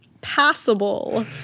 passable